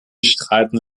streiten